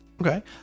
Okay